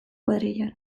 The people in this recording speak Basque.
kuadrillan